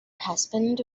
husband